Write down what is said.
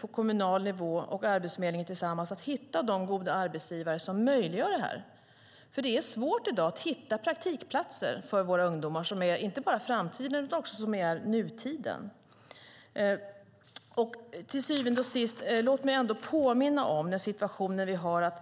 På kommunal nivå försöker man nu tillsammans med Arbetsförmedlingen att hitta de goda arbetsgivare som möjliggör detta. Det är svårt att hitta praktikplatser i dag för våra ungdomar, som inte bara är framtiden utan också nutiden. Låt mig till syvende och sist påminna om den situation vi har.